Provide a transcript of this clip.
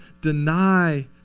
deny